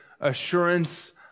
assurance